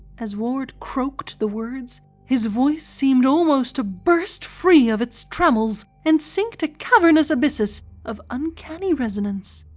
as ward croaked the words his voice seemed almost to burst free of its trammels and sink to cavernous abysses of uncanny resonance.